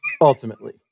Ultimately